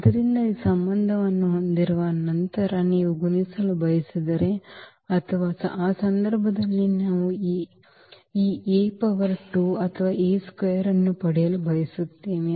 ಆದ್ದರಿಂದ ಈ ಸಂಬಂಧವನ್ನು ಹೊಂದಿರುವ ನಂತರ ನೀವು ಗುಣಿಸಲು ಬಯಸಿದರೆ ಅಥವಾ ಆ ಸಂದರ್ಭದಲ್ಲಿ ನಾವು ಈ A ಪವರ್ 2 ಅಥವಾ A ಸ್ಕ್ವೇರ್ ಅನ್ನು ಪಡೆಯಲು ಬಯಸುತ್ತೇವೆ